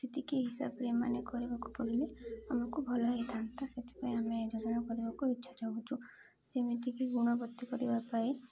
ସେତିକି ହିସାବରେ ଏମାନେ କରିବାକୁ ପଡ଼ିଲେ ଆମକୁ ଭଲ ହେଇଥାନ୍ତା ସେଥିପାଇଁ ଆମେ ଏ ଯୋଜନା କରିବାକୁ ଇଚ୍ଛା ଯେମିତିକି ଗୁଣବତ୍ତୀ କରିବା ପାଇଁ